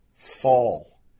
Fall